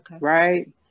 right